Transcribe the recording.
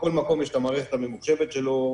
לכל מקום יש את המערכת הממוחשבת שלו,